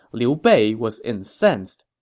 liu bei was incensed.